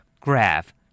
Graph